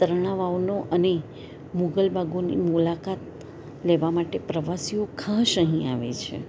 ત્રણા વાવનો અને મુગલ બાગોની મુલાકાત લેવા માટે પ્રવાસીઓ ખાસ અહીં આવે છે